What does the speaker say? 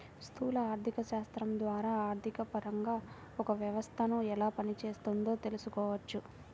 స్థూల ఆర్థికశాస్త్రం ద్వారా ఆర్థికపరంగా ఒక వ్యవస్థను ఎలా పనిచేస్తోందో తెలుసుకోవచ్చు